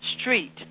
street